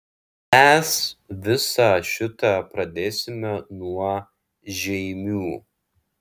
mes visą šitą pradėsime nuo žeimių